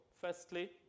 firstly